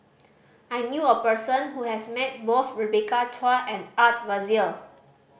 I knew a person who has met both Rebecca Chua and Art Fazil